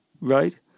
right